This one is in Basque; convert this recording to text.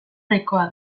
nahikoa